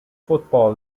football